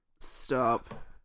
stop